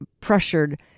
pressured